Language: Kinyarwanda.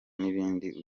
n’ibindi